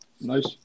nice